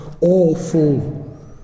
awful